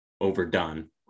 overdone